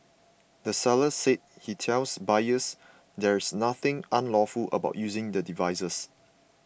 the seller said he tells buyers there's nothing unlawful about using the devices